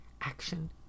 action